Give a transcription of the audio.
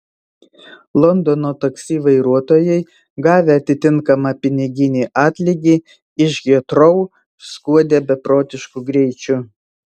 londono taksi vairuotojai gavę atitinkamą piniginį atlygį iš hitrou skuodė beprotišku greičiu